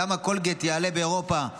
למה קולגייט יעלה באירופה